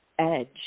edge